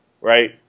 right